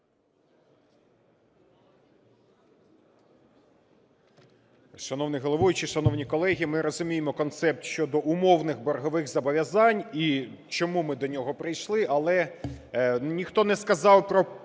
Шановний головуючий, шановні колеги, ми розуміємо концепт щодо умовних боргових зобов'язань і чому ми до нього прийшли. Але ніхто не сказав про